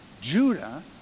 Judah